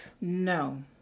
No